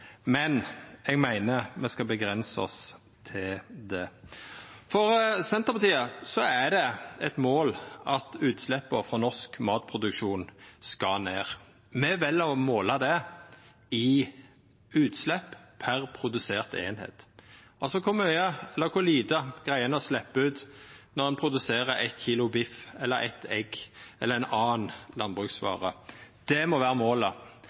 men eg meiner me skal avgrensa oss til det. For Senterpartiet er det eit mål at utsleppa frå norsk matproduksjon skal ned. Me vel å måla det i utslepp per produsert eining, altså kor mykje eller kor lite ein slepp ut når ein produserer 1 kilo biff, 1 egg eller ei anna landbruksvare. Det må